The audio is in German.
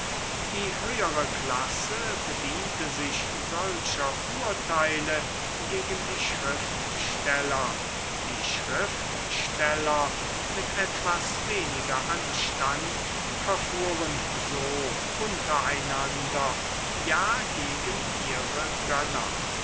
die höhere klasse bediente sich solcher urteile gegen die schriftsteller die schriftsteller mit etwas weniger anstand verfuhren so unter einander ja gegen ihre